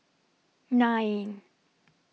nine